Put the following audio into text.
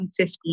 2015